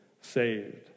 saved